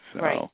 Right